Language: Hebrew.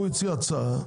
הוא הציע הצעה,